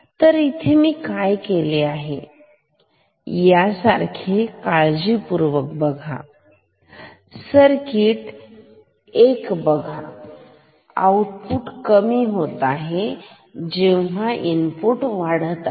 तर इथे मी काय केले आहे यासारखे काळजीपूर्वक बघा सर्किट एक बघा आउटपुट कमी होत आहे जेव्हा इनपुट वाढत आहे